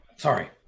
Sorry